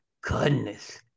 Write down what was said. goodness